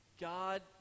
God